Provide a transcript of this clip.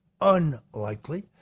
unlikely